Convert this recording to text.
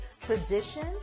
traditions